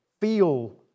feel